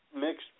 mixed